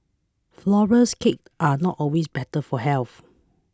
flour less cakes are not always better for health